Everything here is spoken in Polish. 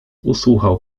usłuchał